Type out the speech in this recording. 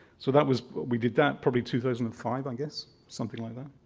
so that was we did that probably two thousand and five i guess, something like that.